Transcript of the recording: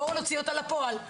בואו נוציא אותה לפועל.